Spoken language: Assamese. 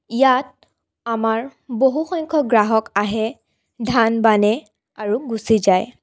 ইয়াত আমাৰ বহুসংখ্যক গ্ৰাহক আহে ধান বানে আৰু গুচি যায়